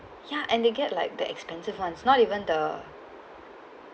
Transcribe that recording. ya and they get like the expensive one is not even the